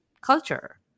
culture